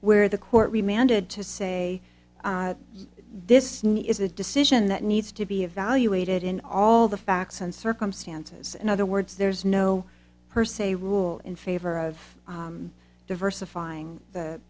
where the court re mandated to say this is a decision that needs to be evaluated in all the facts and circumstances and other words there's no per se rule in favor of diversifying the